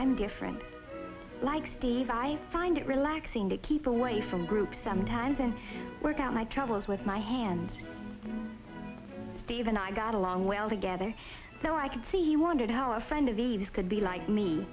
i'm different like steve i find it relaxing to keep away from group sometimes and work out my troubles with my hands even i got along well together so i could see you wondered how a friend of eve's could be like me